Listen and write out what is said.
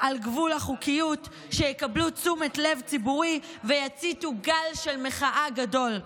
על גבול החוקיות שיקבלו תשומת לב ציבורית ויציתו גל מחאה גדול.